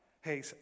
Hey